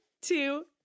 two